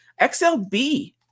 XLB